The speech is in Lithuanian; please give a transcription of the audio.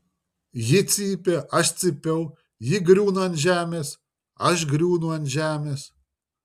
ji cypė aš cypiau ji griūna ant žemės aš griūnu ant žemės